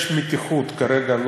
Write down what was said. יש מתיחות כרגע.